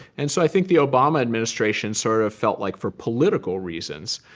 and so i think the obama administration sort of felt like for political reasons,